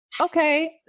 okay